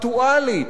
חשובה,